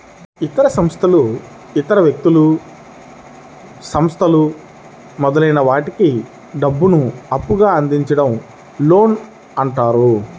ఇతర సంస్థలు ఇతర వ్యక్తులు, సంస్థలు మొదలైన వాటికి డబ్బును అప్పుగా అందించడం లోన్ అంటారు